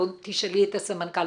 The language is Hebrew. תשאלי את הסמנכ"ל,